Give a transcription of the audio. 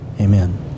amen